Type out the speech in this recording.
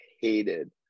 hated